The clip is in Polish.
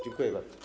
Dziękuję bardzo.